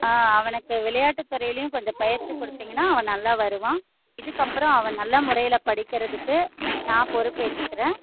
ஆ அவனுக்கு விளையாட்டு துறையிலியும் கொஞ்சம் பயிற்சி கொடுத்திங்கன்னா அவன் நல்லா வருவான் இதுக்கப்புறம் அவன் நல்ல முறையில் படிக்கிறதுக்கு நான் பொறுப்பேத்துக்கிறேன்